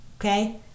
Okay